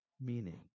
meaning